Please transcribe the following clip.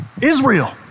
Israel